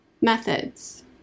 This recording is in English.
Methods